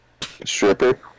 Stripper